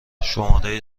شماره